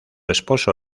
esposo